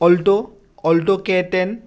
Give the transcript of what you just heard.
alto alto K ten